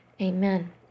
Amen